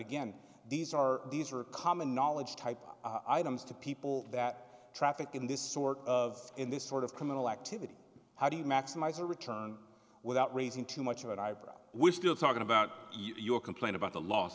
again these are these are common knowledge type items to people that traffic in this sort of in this sort of criminal activity how do you maximize a return without raising too much of an ira we still talking about your complaint about the last